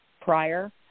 prior